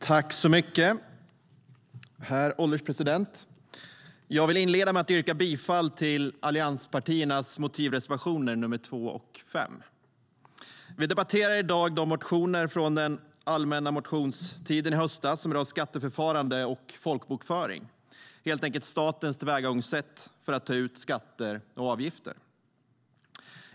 Herr ålderspresident! Jag vill inleda med att yrka bifall till allianspartiernas motivreservationer 2 och 5. Vi debatterar i dag de motioner från den allmänna motionstiden i höstas som rör skatteförfarande och folkbokföring, helt enkelt statens tillvägagångssätt för att ta ut skatter och avgifter.